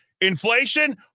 inflation